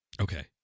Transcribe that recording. Okay